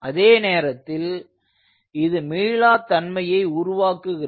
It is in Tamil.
அதே நேரத்தில் இது மீளா தன்மையை உருவாக்குகிறது